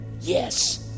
Yes